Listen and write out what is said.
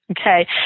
Okay